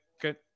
good